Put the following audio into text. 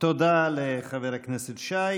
תודה לחבר הכנסת שי.